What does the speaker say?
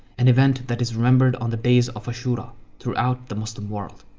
an event that is remembered on the days of ashura throughout the muslim world.